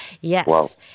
Yes